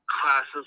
classes